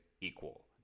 equal